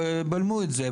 בלמו את זה,